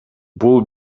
бул